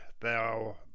thou